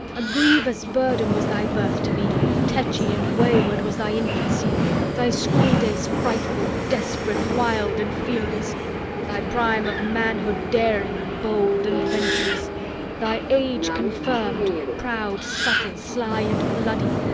a grievous burden was thy birth to me tetchy and wayward was thy infancy thy school-days frightful, desperate, wild, and furious thy prime of manhood daring, bold, and venturous thy age confirm'd, proud, subtle, sly, and bloody,